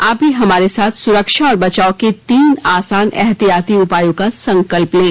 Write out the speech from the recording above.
आप भी हमारे साथ सुरक्षा और बचाव के तीन आसान एहतियाती उपायों का संकल्प लें